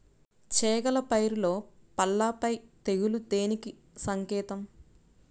చేగల పైరులో పల్లాపై తెగులు దేనికి సంకేతం?